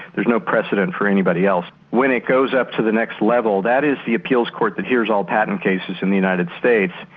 there's no precedent for anybody else. when it goes up to the next level that is the appeals court that hears all patent cases in the united states,